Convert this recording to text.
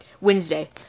Wednesday